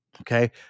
okay